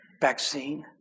vaccine